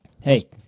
Hey